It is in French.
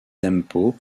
tempo